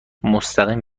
مستقیم